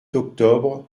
octobre